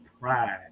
pride